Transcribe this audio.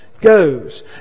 Goes